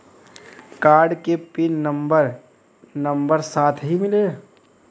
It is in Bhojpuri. कार्ड के पिन नंबर नंबर साथही मिला?